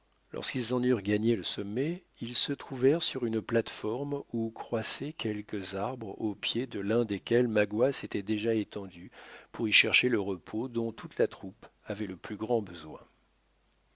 lorsqu'ils en eurent gagné le sommet ils se trouvèrent sur une plate-forme où croissaient quelques arbres au pied de l'un desquels magua s'était déjà étendu pour y chercher le repos dont toute la troupe avait le plus grand besoin